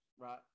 right